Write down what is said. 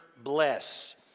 bless